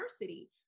diversity